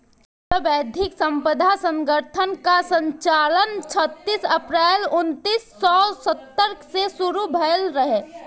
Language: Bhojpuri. विश्व बौद्धिक संपदा संगठन कअ संचालन छबीस अप्रैल उन्नीस सौ सत्तर से शुरू भयल रहे